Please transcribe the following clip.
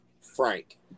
Frank